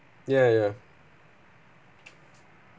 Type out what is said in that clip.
ya ya